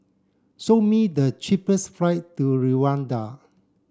show me the cheapest flight to Rwanda